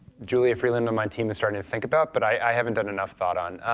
julia freeland on my team is starting to think about, but i haven't done enough thought on.